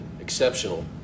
exceptional